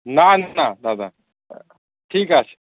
না না না দাদা ঠিক আছে